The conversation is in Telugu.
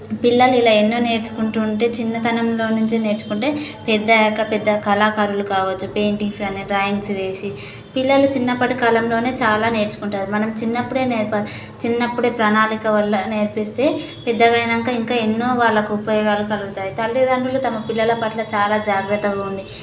పిల్లలు ఇలా ఎన్నో నేర్చుకుంటూ ఉంటే చిన్నతనంలో నుంచి నేర్చుకుంటే పెద్ద అయ్యాక పెద్ద కళాకారులు కావచ్చు పెయింటింగ్స్ అని డ్రాయింగ్స్ వేసి పిల్లలు చిన్నప్పటి కాలంలోనే చాలా నేర్చుకుంటారు మనం చిన్నప్పుడే నేర్పాలి చిన్నప్పుడే ప్రణాళిక వల్ల నేర్పిస్తే పెద్దగా అయినాక ఇంకా ఎన్నో వాళ్ళకు ఉపయోగాలు కలుగుతాయి తల్లితండ్రులు తమ పిల్లల పట్ల చాలా జాగ్రత్తగా ఉండి